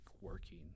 working